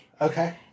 Okay